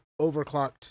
overclocked